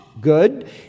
good